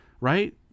right